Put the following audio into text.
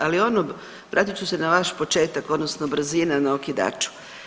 Ali ono, vratit ću se na vaš početak odnosno brzina na okidaču.